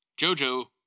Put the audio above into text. Jojo